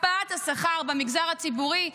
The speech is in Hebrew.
הקפאת השכר במגזר הציבורי.